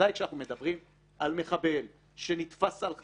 בוודאי כשאנחנו מדברים על מחבל שנתפס על חם,